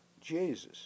Jesus